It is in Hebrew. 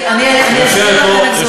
ראשי הרשויות, אני אסביר לכם איך זה עובד.